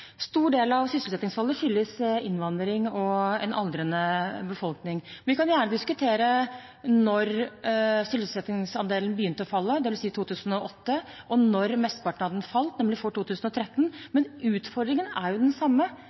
stor del av sysselsettingsfallet skyldes innvandring og en aldrende befolkning. Vi kan gjerne diskutere når sysselsettingsandelen begynte å falle, dvs. 2008, og når mesteparten av fallet fant sted, nemlig før 2013, men utfordringen er jo den samme.